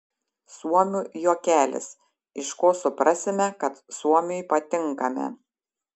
suomių juokelis iš ko suprasime kad suomiui patinkame